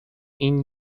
این